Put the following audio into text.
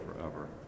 forever